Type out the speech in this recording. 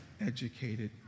Educated